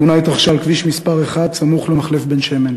התאונה התרחשה על כביש מס' 1, סמוך למחלף בן-שמן.